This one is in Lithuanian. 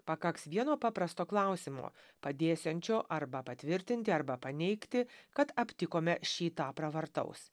pakaks vieno paprasto klausimo padėsiančio arba patvirtinti arba paneigti kad aptikome šį tą pravartaus